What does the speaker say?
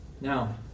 Now